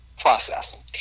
process